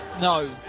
No